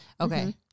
Okay